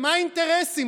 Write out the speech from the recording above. מה האינטרסים?